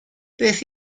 beth